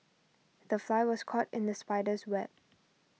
the fly was caught in the spider's web